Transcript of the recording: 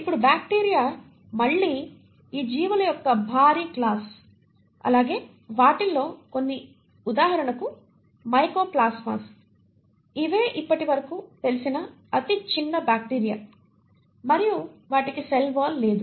ఇప్పుడు బ్యాక్టీరియా మళ్లీ ఈ జీవుల యొక్క భారీ క్లాస్ అలాగే వాటిల్లో కొన్ని ఉదాహరణకు మైకోప్లాస్మాస్ ఇవే ఇప్పటి వరకు తెలిసిన అతి చిన్న బ్యాక్టీరియా మరియు వాటికి సెల్ వాల్ లేదు